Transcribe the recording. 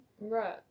Right